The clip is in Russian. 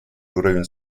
уровень